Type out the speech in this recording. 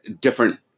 different